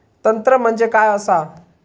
तंत्र म्हणजे काय असा?